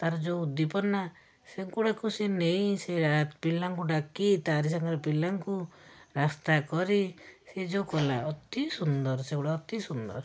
ତା'ର ଯେଉଁ ଉଦୀପନ୍ନା ସେଗୁଡ଼ାକୁ ସେ ନେଇ ପିଲାଙ୍କୁ ଡାକି ତାରି ସାଙ୍ଗର ପିଲାଙ୍କୁ ରାସ୍ତା କରି ସେ ଯେଉଁ କଲା ଅତି ସୁନ୍ଦର ସେଗୁଡ଼ା ଅତି ସୁନ୍ଦର